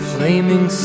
Flaming